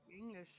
English